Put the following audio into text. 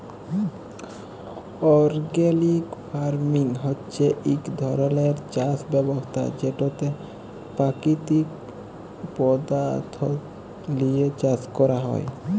organic farming হছে ইক ধরলের চাষ ব্যবস্থা যেটতে পাকিতিক পদাথ্থ লিঁয়ে চাষ ক্যরা হ্যয়